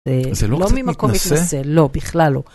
זה לא ממקום מתנשא, לא, בכלל לא.